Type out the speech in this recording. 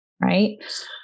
right